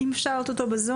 אם אפשר להעלות אותו בזום.